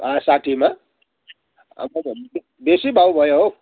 अँ साठीमा बेसी भाउ भयो हौ